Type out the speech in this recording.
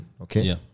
Okay